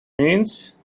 means